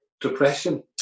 depression